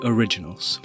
Originals